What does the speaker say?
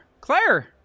Claire